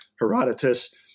Herodotus